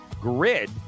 grid